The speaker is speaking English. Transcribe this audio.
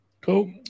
Cool